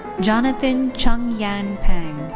jonathan chung-yan pang,